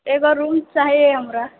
एगो रूम चाही हमरा